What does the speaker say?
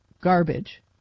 garbage